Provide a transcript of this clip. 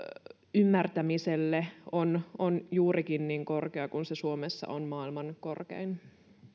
ymmärtämiselle on on juurikin niin korkea kuin se suomessa on maailman korkein